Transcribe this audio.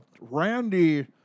Randy